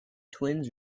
twins